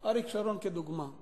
אריק שרון כדוגמה,